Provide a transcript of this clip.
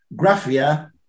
graphia